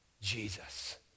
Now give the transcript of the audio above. Jesus